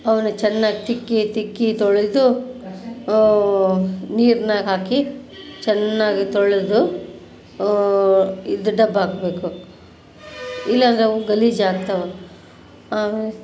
ಅವನ್ನು ಚೆನ್ನಾಗಿ ತಿಕ್ಕಿ ತಿಕ್ಕಿ ತೊಳೆದು ನೀರ್ನಾಗ ಹಾಕಿ ಚೆನ್ನಾಗಿ ತೊಳೆದು ಇದು ದಬಾಕ್ಬೇಕು ಇಲ್ಲ ಅಂದ್ರೆ ಅವು ಗಲೀಜಾಗ್ತವೆ ಆಮೇಲೆ